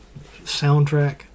soundtrack